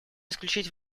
исключить